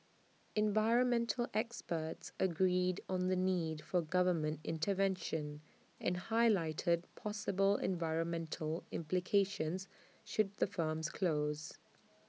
environmental experts agreed on the need for government intervention and highlighted possible environmental implications should the firms close